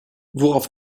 worauf